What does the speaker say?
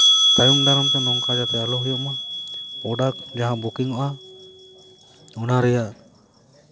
ᱛᱟᱭᱚᱢ ᱫᱟᱨᱟᱢ ᱛᱮ ᱱᱚᱝᱠᱟ ᱡᱟᱛᱮ ᱟᱞᱚ ᱦᱩᱭᱩᱜ ᱢᱟ ᱯᱨᱚᱰᱟᱠᱴ ᱡᱟᱦᱟᱸ ᱵᱩᱠᱤᱝᱚᱜᱼᱟ ᱚᱱᱟ ᱨᱮᱭᱟᱜ